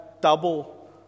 double